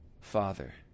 Father